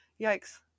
yikes